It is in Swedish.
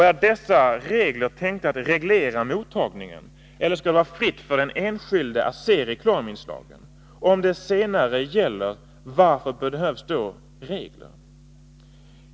Är dessa regler tänkta att reglera mottagningen, eller skall det vara fritt för den enskilde att se reklaminslagen? Om det senare gäller, varför behövs då regler?